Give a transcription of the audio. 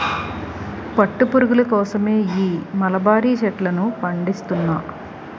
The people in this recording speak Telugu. పట్టు పురుగుల కోసమే ఈ మలబరీ చెట్లను పండిస్తున్నా